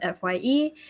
FYE